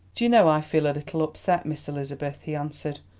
do you know i feel a little upset, miss elizabeth, he answered.